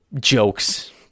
jokes